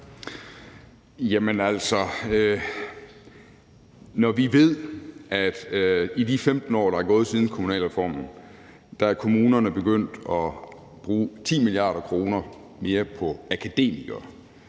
Når vi ved, at i de 15 år, der er gået siden kommunalreformen, er kommunerne begyndt at bruge 10 mia. kr. mere på akademikere,